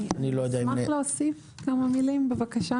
בבקשה.